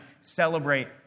celebrate